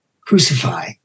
Crucify